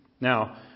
Now